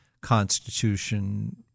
Constitution